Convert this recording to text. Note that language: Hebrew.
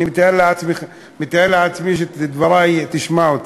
אני מתאר לעצמי שדברי, תשמע אותם.